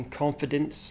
confidence